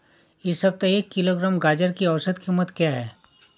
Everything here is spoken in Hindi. इस सप्ताह एक किलोग्राम गाजर की औसत कीमत क्या है?